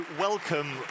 welcome